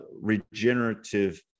regenerative